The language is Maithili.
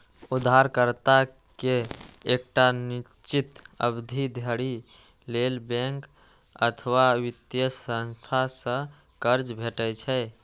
उधारकर्ता कें एकटा निश्चित अवधि धरि लेल बैंक अथवा वित्तीय संस्था सं कर्ज भेटै छै